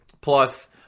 Plus